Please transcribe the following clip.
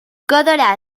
quedarà